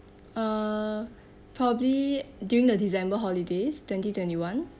uh probably during the december holidays twenty twenty one